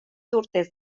urtez